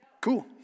Cool